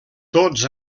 tots